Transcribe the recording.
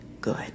good